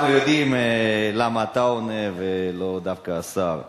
אנחנו יודעים למה אתה עונה ולא דווקא השר.